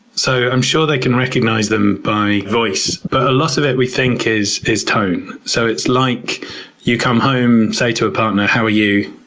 so, i'm sure they can recognize them by voice, but a lot of it, we think, is is tone. so, it's like you come home, say to a partner, how are you?